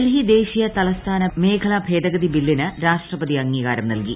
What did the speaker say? ഡൽഹി ദേശീയ ത്ലസ്ഥാന മേഖലാ ഭേദഗതി ബില്ലിന് ന് രാഷ്ട്രപതി അംഗീക്കാര്ം നൽകി